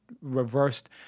reversed